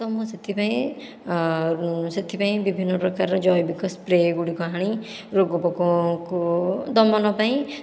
ତ ମୁଁ ସେଥିପାଇଁ ସେଥିପାଇଁ ବିଭିନ୍ନ ପ୍ରକାର ଜୈବିକ ସ୍ପ୍ରେ ଗୁଡ଼ିକ ଆଣି ରୋଗ ପୋକଙ୍କୁ ଦମନ ପାଇଁ